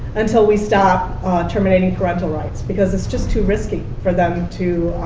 until we stop terminating parental rights. because it's just too risky for them to,